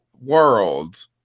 world